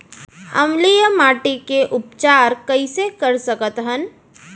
अम्लीय माटी के उपचार कइसे कर सकत हन?